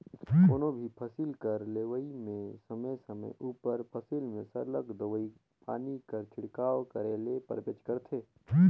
कोनो भी फसिल कर लेवई में समे समे उपर फसिल में सरलग दवई पानी कर छिड़काव करे ले परबेच करथे